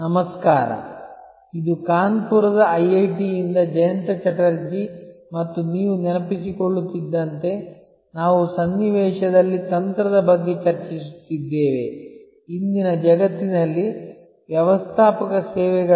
ನಮಸ್ಕಾರ ಇದು ಕಾನ್ಪುರದ ಐಐಟಿಯಿಂದ ಜಯಂತ ಚಟರ್ಜಿ ಮತ್ತು ನೀವು ನೆನಪಿಸಿಕೊಳ್ಳುತ್ತಿದ್ದಂತೆ ನಾವು ಸನ್ನಿವೇಶದಲ್ಲಿ ತಂತ್ರದ ಬಗ್ಗೆ ಚರ್ಚಿಸುತ್ತಿದ್ದೇವೆ ಇಂದಿನ ಜಗತ್ತಿನಲ್ಲಿ ವ್ಯವಸ್ಥಾಪಕ ಸೇವೆಗಳ